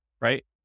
right